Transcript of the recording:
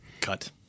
Cut